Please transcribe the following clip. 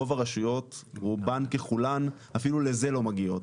רוב הרשויות רובן ככולם אפילו לזה לא מגיעות,